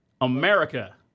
America